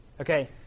Okay